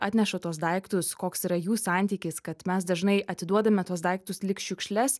atneša tuos daiktus koks yra jų santykis kad mes dažnai atiduodame tuos daiktus lyg šiukšles